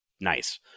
nice